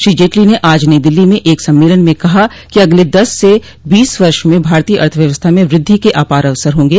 श्री जेटलो ने आज नई दिल्ली में एक सम्मेलन में कहा कि अगले दस से बीस वर्ष में भारतीय अर्थव्यवस्था में वृद्धि के अपार अवसर होंगे